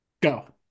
Go